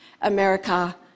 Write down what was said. America